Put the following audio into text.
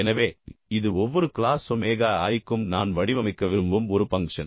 எனவே இது ஒவ்வொரு க்ளாஸ் ஒமேகா i க்கும் நான் வடிவமைக்க விரும்பும் ஒரு பங்க்ஷன்